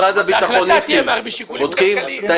שההחלטה תהיה משיקולים כלכליים.